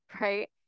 right